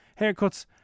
Haircuts